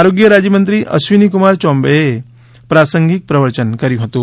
આરોગ્ય રાજ્યમંત્રી અશ્વિનીકુમાર ચૌબેએ પ્રાસંગીક પ્રવચન કર્યું હતું